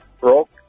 broke